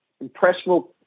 impressionable